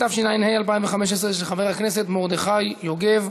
התשע"ה 2015, של חבר הכנסת מרדכי יוגב.